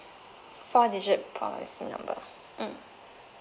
four digit policy number mm